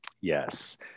Yes